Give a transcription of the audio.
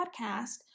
podcast